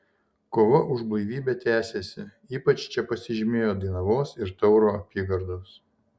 kova už blaivybę tęsėsi ypač čia pasižymėjo dainavos ir tauro apygardos